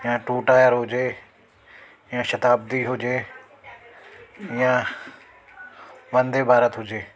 ऐं two tier हुजे या शताब्दी हुजे या वंदे भारत हुजे